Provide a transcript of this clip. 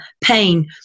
pain